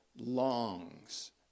Longs